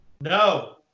No